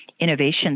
innovation